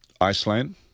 Iceland